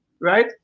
Right